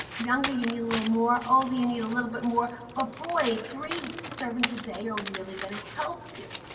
younger, you need a little more. older, you need a little bit more. but boy, three servings a day are really going to help you.